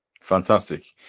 fantastic